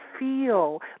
feel